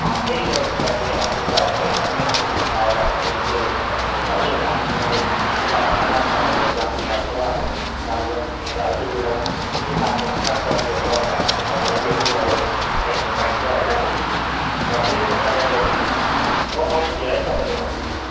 फेरि म next time फेरि आउँछु नि ल तपाईँ भएकोमै आउँछु नि म आएर भेटेर के रहेछ कस्तो रहेछ है राम्रोसँगले फोनमा भन्दा पनि राम्रोसँगले जान्नु पाइन्छ अब बारीमै पुगेरै है त्यति बेला के के साग सागसब्जीहरू लाउनु भएको रहेछ तपाईँले त्यो पनि अब हेर्नु पाइन्छ होइन र फेरि म तपाईँको म आउँछु नि है तपाईँकोमा फेरि